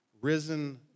risen